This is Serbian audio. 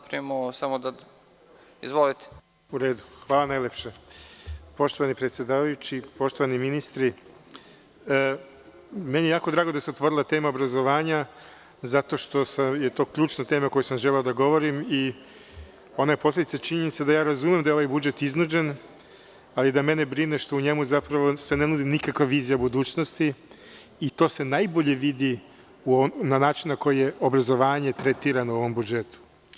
Poštovani predsedavajući, poštovani ministri, meni je jako drago da se otvorila tema obrazovanja zato što je to ključna tema o kojoj sam želeo da govorim i ona je posledica činjenice da razumem da je ovaj budžet iznuđen, ali da mene brine što u njemu se zapravo ne nudi nikakva vizija budućnosti i to se najbolje vidite na način na koji je obrazovanje tretirano u ovom budžetu.